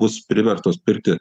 bus priverstos pirkti